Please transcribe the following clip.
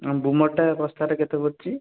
ଗ୍ରୁମରଟା ବସ୍ତାରେ କେତେ ପଡୁଛି